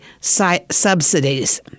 subsidies